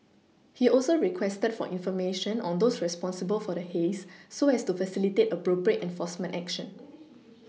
he also requested for information on those responsible for the haze so as to facilitate appropriate enforcement action